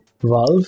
Valve